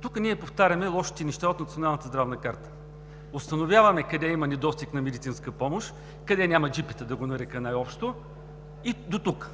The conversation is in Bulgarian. Тук ние повтаряме лошите неща от Националната здравна карта – установяваме къде има недостиг на медицинска помощ, къде няма джипита, да го нарека най-общо, и до тук.